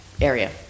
area